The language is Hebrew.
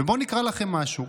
ובואו נקרא לכם משהו: